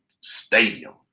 stadium